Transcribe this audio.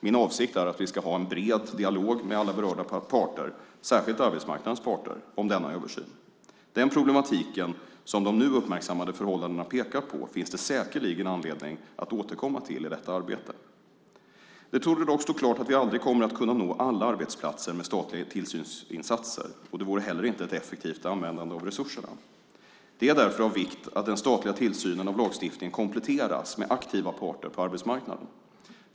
Min avsikt är att vi ska ha en bred dialog med alla berörda parter, särskilt arbetsmarknadens parter, om denna översyn. Den problematik som de nu uppmärksammade förhållandena pekar på finns det säkerligen anledning att återkomma till i detta arbete. Det torde dock stå klart att vi aldrig kommer att kunna nå alla arbetsplatser med statliga tillsynsinsatser, och det vore inte heller ett effektivt användande av resurserna. Det är därför av vikt att den statliga tillsynen av lagstiftningen kompletteras med aktiva parter på arbetsmarknaden.